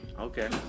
Okay